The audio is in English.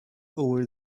over